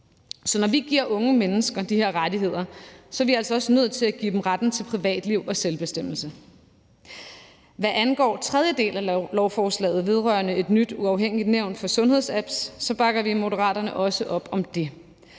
Så når vi giver unge mennesker de her rettigheder, er vi altså også nødt til at give dem retten til privatliv og selvbestemmelse. Hvad angår tredje del af lovforslaget vedrørende et nyt uafhængigt nævn for sundhedsapps, bakker vi i Moderaterne også op om det.